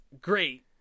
great